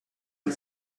and